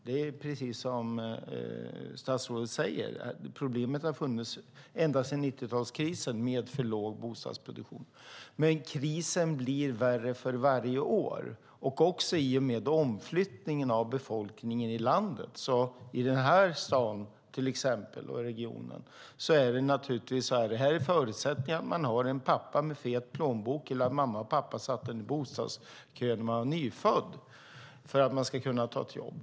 Det är precis som statsrådet säger, att problemet med för låg bostadsproduktion har funnits ända sedan 90-talskrisen. Men krisen blir värre för varje år, också i och med omflyttningen av befolkningen i landet. Till exempel är det i den här staden och regionen en förutsättning att man har en pappa med fet plånbok eller att mamma och pappa ställde en i bostadskön när man var nyfödd för att man ska kunna ta ett jobb.